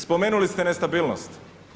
Spomenuli ste nestabilnost.